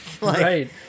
Right